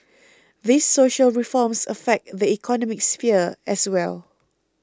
these social reforms affect the economic sphere as well